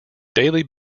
daily